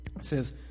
says